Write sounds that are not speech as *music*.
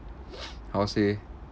*noise* how to say